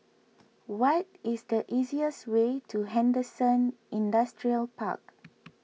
what is the easiest way to Henderson Industrial Park